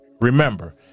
Remember